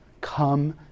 Come